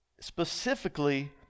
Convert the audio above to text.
specifically